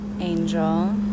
Angel